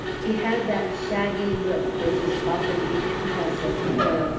he had that shaggy look which is often the impress of toil,